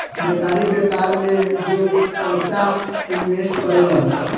व्यापारी, व्यापार में जो पयिसा के इनवेस्ट करे लन